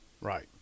Right